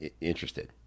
interested